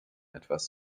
etwas